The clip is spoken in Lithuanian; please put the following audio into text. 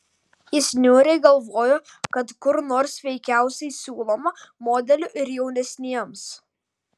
jis niūriai galvojo kad kur nors veikiausiai siūloma modelių ir jaunesniems